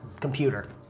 computer